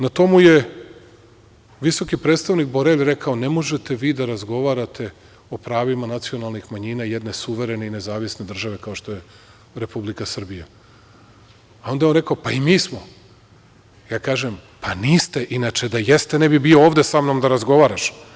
Na to mu je visoki predstavnik Borelji rekao - ne možete vi da razgovarate o pravima nacionalnih manjina jedne suverene i nezavisne države kao što je Republika Srbija, a onda je on rekao - pa i mi smo, a ja kažem – pa, niste, inače da jeste, ne bi bio ovde sa mnom da razgovaraš.